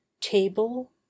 table